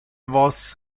vos